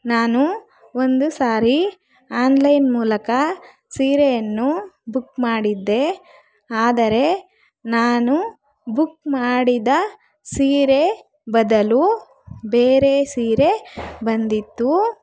ನಾನು ಒಂದು ಸಾರಿ ಆನ್ಲೈನ್ ಮೂಲಕ ಸೀರೆಯನ್ನು ಬುಕ್ ಮಾಡಿದ್ದೆ ಆದರೆ ನಾನು ಬುಕ್ ಮಾಡಿದ ಸೀರೆ ಬದಲು ಬೇರೆ ಸೀರೆ ಬಂದಿತ್ತು